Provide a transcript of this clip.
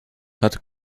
hat